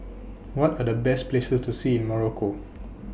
What Are The Best Places to See in Morocco